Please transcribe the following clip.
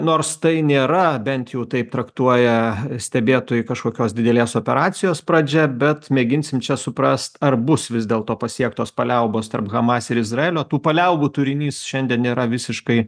nors tai nėra bent jau taip traktuoja stebėtojai kažkokios didelės operacijos pradžia bet mėginsim čia suprast ar bus vis dėlto pasiektos paliaubos tarp hamas ir izraelio tų paliaubų turinys šiandien nėra visiškai